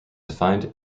defined